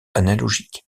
analogiques